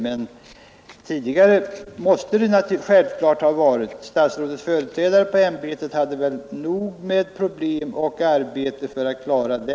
Men tidigare måste det naturligtvis ha varit så. Statsrådets företrädare i ämbetet hade väl nog med problem och arbete.